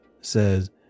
says